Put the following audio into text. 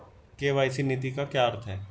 KYC नीति का क्या अर्थ है?